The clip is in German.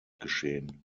geschehen